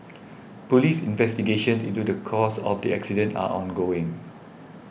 police investigations into the cause of the accident are ongoing